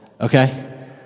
okay